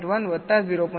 તેથી કુલ ભારિત રકમ 1